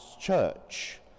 church